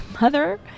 mother